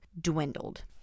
dwindled